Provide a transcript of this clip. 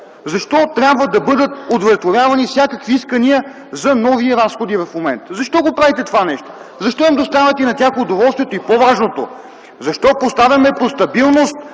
Защо трябва да бъдат удовлетворявани всякакви искания за нови разходи в момента? Защо правите това нещо?! Защо им доставяте това удоволствие?! И по-важното: защо поставяме под въпрос